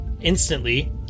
Instantly